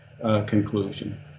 conclusion